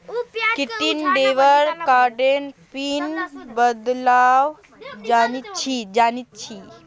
कि ती डेविड कार्डेर पिन बदलवा जानछी